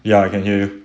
ya I can hear you